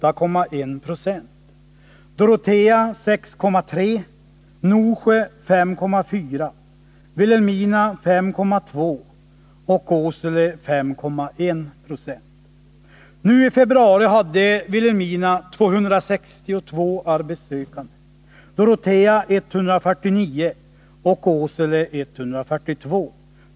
arbetssökande, Dorotea 149 och Åsele 142.